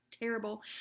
terrible